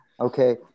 Okay